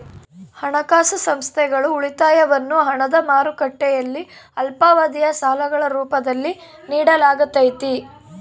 ಹಣಕಾಸು ಸಂಸ್ಥೆಗಳು ಉಳಿತಾಯವನ್ನು ಹಣದ ಮಾರುಕಟ್ಟೆಯಲ್ಲಿ ಅಲ್ಪಾವಧಿಯ ಸಾಲಗಳ ರೂಪದಲ್ಲಿ ನಿಡಲಾಗತೈತಿ